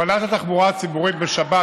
הפעלת התחבורה בשבת,